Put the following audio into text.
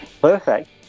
Perfect